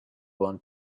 want